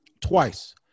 twice